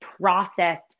processed